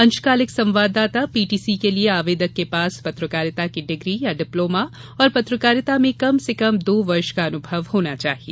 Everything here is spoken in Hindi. अंशकालिक संवाददाता पीटीसी के लिए आवेदक के पास पत्रकारिता की डिग्री या डिप्लोमा और पत्रकारिता में कम से कम दो वर्ष का अनुभव होना चाहिए